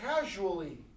casually